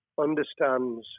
understands